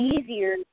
easier